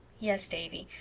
yes, davy,